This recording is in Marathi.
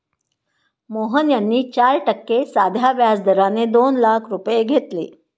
मोहन यांनी चार टक्के साध्या व्याज दराने दोन लाख रुपये घेतले